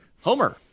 Homer